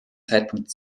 zeitpunkt